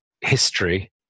history